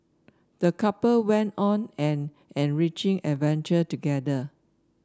the couple went on an enriching adventure together